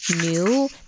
new